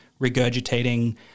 regurgitating